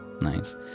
nice